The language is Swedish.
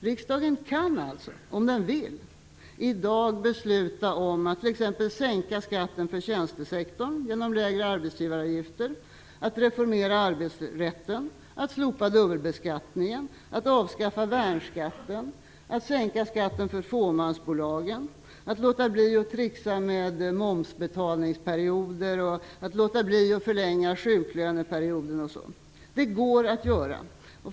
Riksdagen kan alltså - om den vill - i dag besluta om att t.ex. sänka skatten för tjänstesektorn genom lägre arbetsgivaravgifter, att reformera arbetsrätten, att slopa dubbelbeskattningen, att avskaffa värnskatten, att sänka skatten för fåmansbolagen, att låta bli att tricksa med momsbetalningsperioder, att låta bli att förlänga sjuklöneperioden osv. Det går att göra detta.